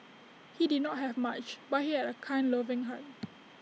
he did not have much but he had A kind loving heart